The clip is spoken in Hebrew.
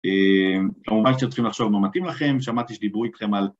אמ.. כמובן שצריכים לחשוב מה מתאים לכם, שמעתי שדיברו איתכם על...